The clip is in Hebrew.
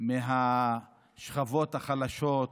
מהשכבות החלשות,